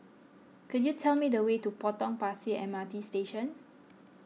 could you tell me the way to Potong Pasir M R T Station